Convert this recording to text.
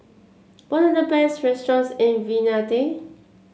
what are the best restaurants in Vientiane